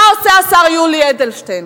מה עושה השר יולי אדלשטיין?